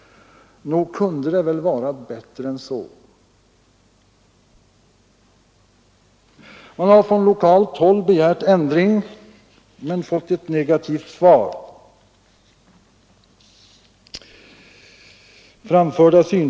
Nog kunde den vara bättre än så.